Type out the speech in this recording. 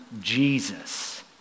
Jesus